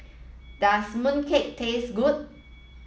does mooncake taste good